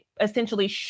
essentially